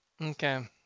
okay